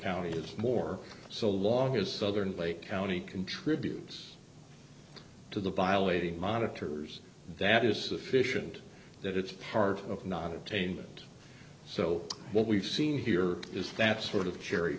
county it's more so long as southern play county contributes to the violating monitors that is sufficient that it's hard not attainment so what we've seen here is that sort of cherry